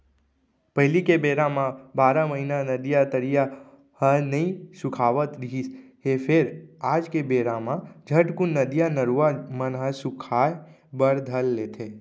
पहिली के बेरा म बारह महिना नदिया, तरिया ह नइ सुखावत रिहिस हे फेर आज के बेरा म झटकून नदिया, नरूवा मन ह सुखाय बर धर लेथे